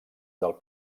del